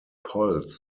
polls